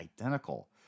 identical